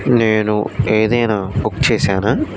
నేను ఏదైనా బుక్ చేశానా